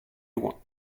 loin